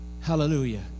Hallelujah